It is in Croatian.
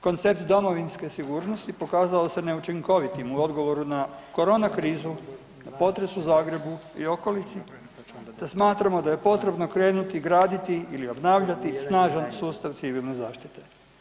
Koncept domovinske sigurnosti pokazao se neučinkovitim u odgovoru na korona krizu, potres u Zagrebu i okolici te smatramo da je potrebno krenuti graditi ili obnavljati snažan sustav civilne zaštite.